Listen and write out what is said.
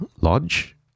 Lodge